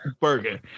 burger